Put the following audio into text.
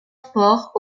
sports